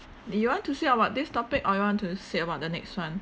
do you all want to say about this topic or you want to say about the next one